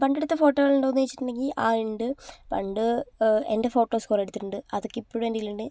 പണ്ടെടുത്ത ഫോട്ടോകള് ഉണ്ടോന്ന് ചോദിച്ചിട്ടുണ്ടെങ്കിൽ ആ ഉണ്ട് പണ്ട് എൻ്റെ ഫോട്ടോസ് കുറെ എടുത്തിട്ടുണ്ട് അതൊക്കെ ഇപ്പഴും എന്റെ കയ്യിലുണ്ട്